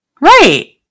right